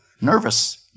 nervous